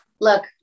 look